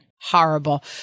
Horrible